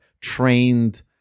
trained